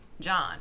John